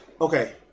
Okay